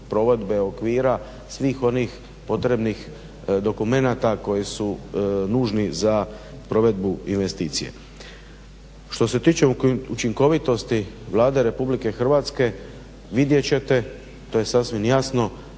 provedbe okvira svih onih potrebnih dokumenata koji su nužni za provedbu investicije. Što se tiče učinkovitosti Vlade Republike Hrvatske vidjet ćete, to je sasvim jasno